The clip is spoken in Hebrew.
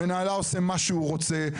מנהלה עושה מה שהוא רוצה,